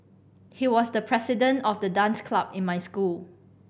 he was the president of the dance club in my school